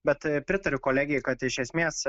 bet pritariu kolegei kad iš esmės